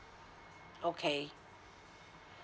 okay